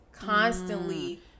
constantly